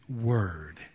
Word